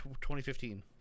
2015